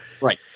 right